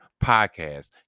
podcast